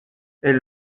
elle